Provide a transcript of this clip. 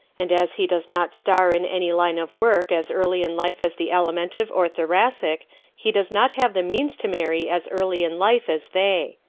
and as he does not star in any line of work as early in life as the alimentive or thoracic he does not have the means to marry as early in life as they.